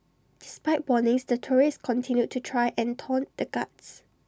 despite warnings the tourists continued to try and taunt the guards